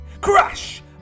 crash